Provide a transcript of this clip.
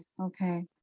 okay